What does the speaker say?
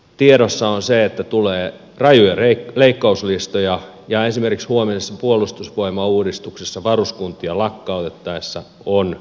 tiedossa on se että tulee rajuja leikkauslistoja ja esimerkiksi huomisessa puolustusvoimauudistuksessa varuskuntia lakkautettaessa on muistettava tämä